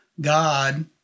God